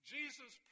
Jesus